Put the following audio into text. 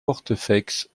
portefaix